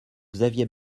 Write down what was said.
xavier